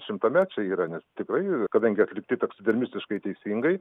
šimtamečiai yra nes tikrai kadangi atlikti taksidermistiškai teisingai